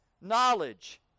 knowledge